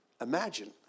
imagine